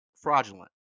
fraudulent